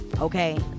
Okay